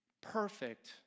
perfect